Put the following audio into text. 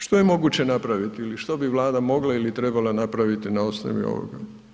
Što je moguće napraviti ili što bi Vlada mogla ili trebala napraviti na osnovi ovoga?